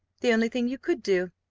the only thing you could do.